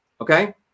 Okay